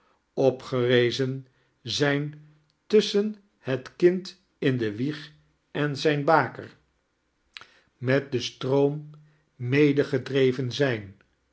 opgerezen zijn fcusschen het kind in de wieg en zijn baker met den stroom medegedrevan zijn